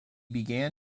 began